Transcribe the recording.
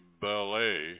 ballet